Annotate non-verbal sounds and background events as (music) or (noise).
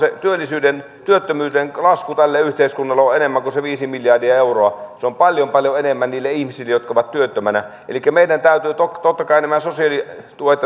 työttömyyden lasku tälle yhteiskunnalle on on enemmän kuin se viisi miljardia euroa se on paljon paljon enemmän niille ihmisille jotka ovat työttömänä elikkä meidän täytyy totta kai nämä sosiaalituet (unintelligible)